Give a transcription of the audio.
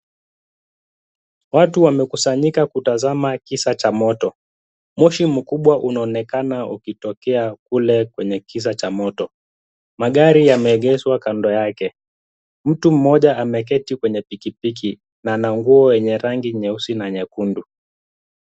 Watu wamekusanyika kutazama kisa cha moto. Moshi mkubwa unaonekana ukitokea kule kwenye kisa cha moto. Magari yameegeshwa kando yake. Mtu mmoja ameketi kwenye pikipiki na ana nguo yenye rangi nyeusi na nyekundu.